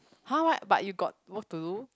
!huh! what but you got work to do